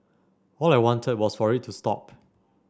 all I wanted was for it to stop